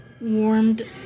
warmed